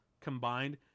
combined